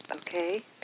okay